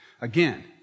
Again